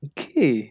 Okay